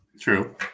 true